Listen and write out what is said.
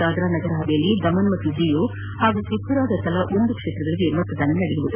ದಾದ್ರಾ ನಗರ್ ಹವೇಲಿ ದಾಮನ್ ಮತ್ತು ಡಿಯು ಹಾಗೂ ತ್ರಿಪುರಾದ ತಲಾ ಒಂದು ಕ್ಷೇತ್ರಗಳಿಗೆ ಮತದಾನ ನಡೆಯಲಿದೆ